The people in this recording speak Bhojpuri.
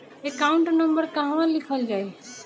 एकाउंट नंबर कहवा लिखल जाइ?